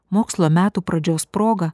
mokslo metų pradžios proga